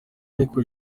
ariko